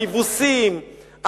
היבוסים,